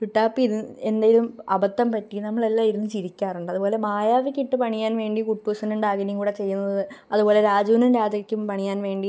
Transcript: ലുട്ടാപ്പി എന്തെങ്കിലും അബദ്ധം പറ്റി നമ്മളെല്ലാം ഇരുന്ന് ചിരിക്കാറുണ്ട് അതുപോലെ മായാവിക്കിട്ട് പണിയാന് വേണ്ടി കുട്ടൂസനും ഡാകിനിയും കൂടെ ചെയ്യുന്നത് അതുപോലെ രാജുവിനും രാധയ്ക്കും പണിയാന് വേണ്ടി